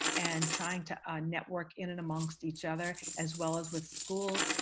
and trying to network in and amongst each other, as well as with schools.